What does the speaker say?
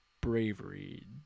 bravery